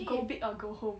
go big or go home